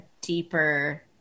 deeper